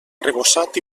arrebossat